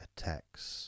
Attacks